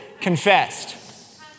confessed